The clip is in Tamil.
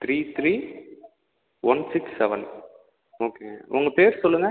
three three one six seven okay உங்க பேர் சொல்லுங்கள்